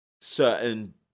certain